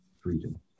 freedom